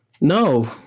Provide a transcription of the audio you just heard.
No